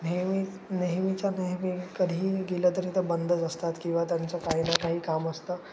नेहमी नेहमीच्या नेहमी कधीही गेलं तरी तर बंदच असतात किंवा त्यांचं काही ना काही काम असतं